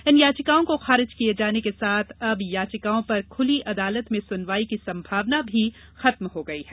इन याचिकाओं को खारिज किये जाने के साथ अब याचिकाओं पर ख्ली अदालत में सुनवाई की संभावना भी खत्म हो गई है